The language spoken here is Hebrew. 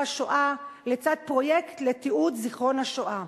השואה לצד פרויקט לתיעוד זיכרון השואה.